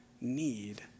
need